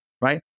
right